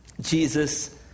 Jesus